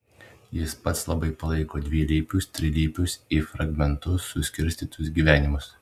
jis pats labai palaiko dvilypius trilypius į fragmentus suskirstytus gyvenimus